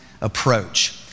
approach